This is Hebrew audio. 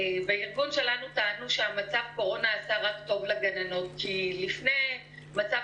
בארגון שלנו טענו שמצב הקורונה עשה רק טוב לגננות כי לפני מצב